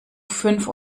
fünf